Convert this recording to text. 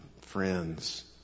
friends